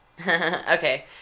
Okay